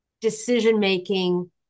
decision-making